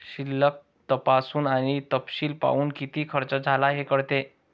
शिल्लक तपासून आणि तपशील पाहून, किती खर्च झाला हे कळते